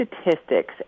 statistics